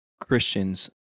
Christians